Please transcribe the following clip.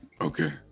Okay